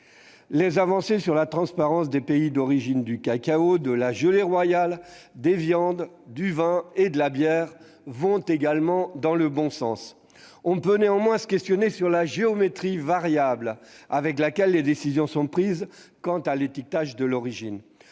quant à la transparence des pays d'origine du cacao, de la gelée royale, des viandes, du vin et de la bière vont également dans le bon sens. On peut néanmoins s'interroger sur la géométrie variable avec laquelle les décisions sont prises quant à l'étiquetage de l'origine